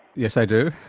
yes, i do.